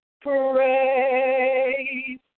praise